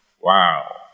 Wow